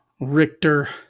Richter